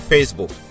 Facebook